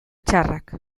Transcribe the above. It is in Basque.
txarrak